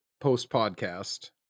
post-podcast